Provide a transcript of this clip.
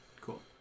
Cool